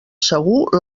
segur